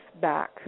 back